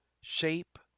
shape